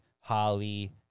Holly